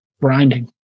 grinding